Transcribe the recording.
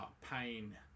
pain